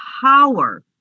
power